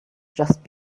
just